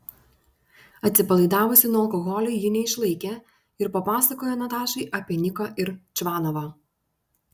atsipalaidavusi nuo alkoholio ji neišlaikė ir papasakojo natašai apie niką ir čvanovą